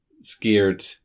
scared